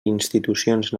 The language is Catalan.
institucions